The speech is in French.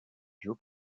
joe